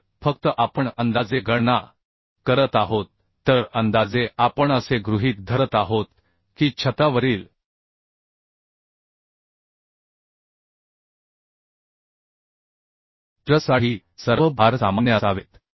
तर फक्त आपण अंदाजे गणना करत आहोत तर अंदाजे आपण असे गृहीत धरत आहोत की छतावरील ट्रससाठी सर्व भार सामान्य असावेत